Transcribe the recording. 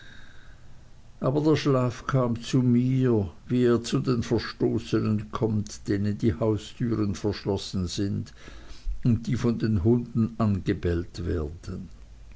aber der schlaf kam zu mir wie er zu den verstoßenen kommt denen die haustüren verschlossen sind und die von den hunden angebellt werden